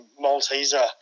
Malteser